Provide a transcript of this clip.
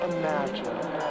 imagine